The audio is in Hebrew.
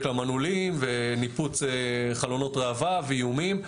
למנעולים וניפוץ חלונות ראווה ואיומים.